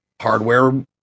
hardware